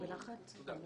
תודה רבה.